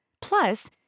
Plus